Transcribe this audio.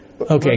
Okay